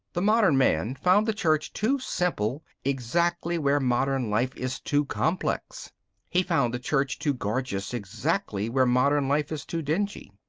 the modern man found the church too simple exactly where modern life is too complex he found the church too gorgeous exactly where modern life is too dingy.